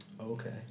Okay